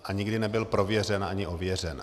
A nikdy nebyl prověřen ani ověřen.